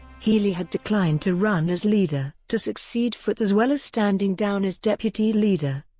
healey had declined to run as leader to succeed foot as well as standing down as deputy leader.